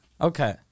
Okay